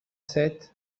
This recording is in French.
sept